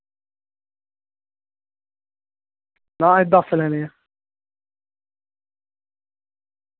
आं असें दस्स देने ऐ